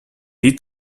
est